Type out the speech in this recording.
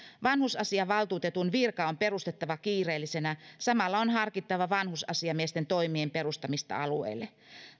vanhusasiavaltuutetun virka on perustettava kiireellisenä samalla on harkittava vanhusasiamiesten toimien perustamista alueille